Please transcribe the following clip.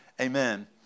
Amen